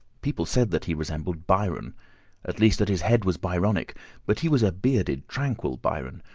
people said that he resembled byron at least that his head was byronic but he was a bearded, tranquil byron,